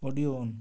audio on